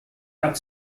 cat